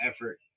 effort